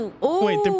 Wait